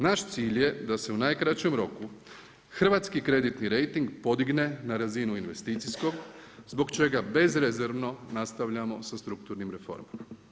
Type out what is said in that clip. Naš cilj je da se u najkraćem roku, hrvatski kreditni rejting podigne na razinu investicijskog, zbog čega bezrezervno nastavljamo sa strukturnim reformama.